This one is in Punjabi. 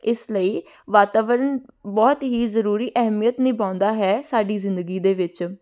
ਇਸ ਲਈ ਵਾਤਾਵਰਨ ਬਹੁਤ ਹੀ ਜ਼ਰੂਰੀ ਅਹਿਮੀਅਤ ਨਿਭਾਉਂਦਾ ਹੈ ਸਾਡੀ ਜ਼ਿੰਦਗੀ ਦੇ ਵਿੱਚ